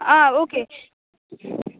आं ओके